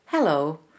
Hello